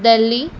Delhi